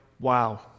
Wow